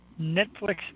Netflix